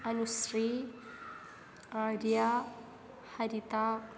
Anushree Arya Harita